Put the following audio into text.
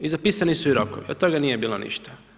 I zapisani su i rokovi, od toga nije bilo ništa.